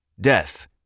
Death